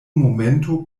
momento